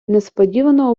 несподівано